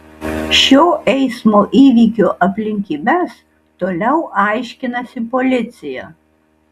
šio eismo įvykio aplinkybes toliau aiškinasi policija